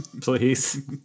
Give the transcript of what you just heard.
Please